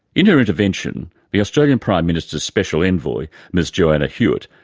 in her intervention, the australian prime minister's special envoy, ms joanna hewitt,